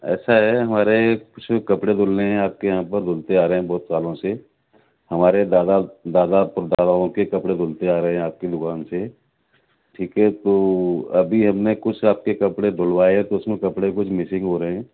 ایسا ہے ہمارے کچھ کپڑے دھلنے ہیں آپ کے یہاں پر دھلتے آ رہے ہیں بہت سالوں سے ہمارے دادا دادا پر داداؤں کے کپڑے دھلتے آ رہے ہیں آپ کی دکان سے ٹھیک ہے تو ابھی ہم نے کچھ آپ کے کپڑے دھلوائے ہے تو اس میں کپڑے کچھ مسنگ ہو رہے ہیں